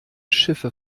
schiffe